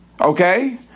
Okay